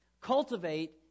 Cultivate